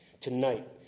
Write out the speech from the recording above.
Tonight